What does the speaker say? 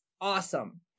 awesome